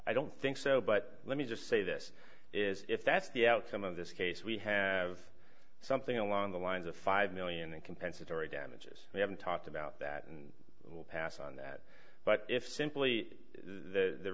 i don't think so but let me just say this is if that's the outcome of this case we have something along the lines of five million in compensatory damages we haven't talked about that and we'll pass on that but if simply the